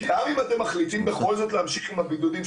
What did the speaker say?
גם אם אתם מחליטים בכל זאת להמשיך עם הבידודים,